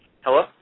Hello